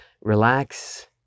relax